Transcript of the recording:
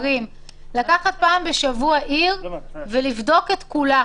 לקחת פעם בשבוע עיר ולבדוק את כולה,